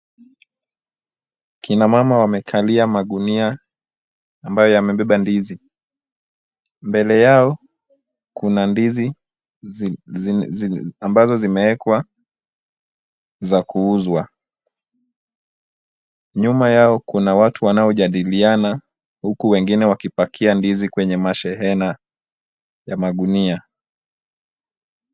Kina mama wamekalia gunia ambazo zimebeba ndizi. Mbele yao kuna ndizi, ambazo zimeekwa za kuuzwa. Nyuma yao kuna watu wanaojadiliana, huku wengine wakipakia ndizi kwenye mashehena ya magunia.